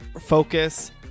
focus